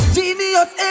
Genius